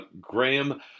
Graham